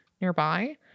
nearby